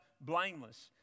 blameless